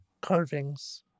carvings